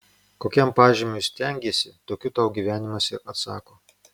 kokiam pažymiui stengiesi tokiu tau gyvenimas ir atsako